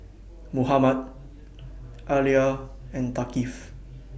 Muhammad Alya and Thaqif